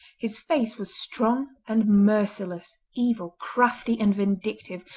his face was strong and merciless, evil, crafty, and vindictive,